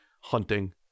hunting